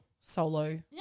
solo